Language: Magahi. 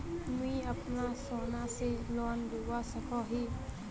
मुई अपना सोना से लोन लुबा सकोहो ही?